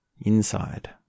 inside